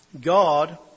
God